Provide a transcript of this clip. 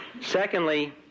Secondly